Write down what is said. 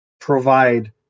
provide